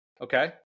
okay